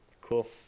Cool